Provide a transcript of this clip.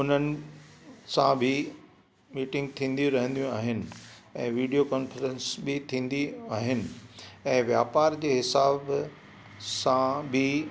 उन्हनि सां बि मीटिंग थींदियूं रहंदियूं आहिनि ऐं वीडियो कॉन्फ़्रेंसिंग बि थींदी आहिनि ऐं वापार जे हिसाब सां बि